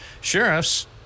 sheriffs